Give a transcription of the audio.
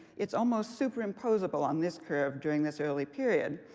it's almost super-imposable on this curve during this early period.